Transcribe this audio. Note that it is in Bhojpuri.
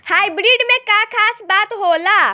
हाइब्रिड में का खास बात होला?